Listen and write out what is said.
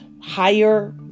higher